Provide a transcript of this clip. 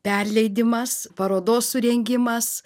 perleidimas parodos surengimas